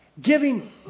giving